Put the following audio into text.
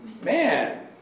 man